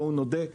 בואו נודה,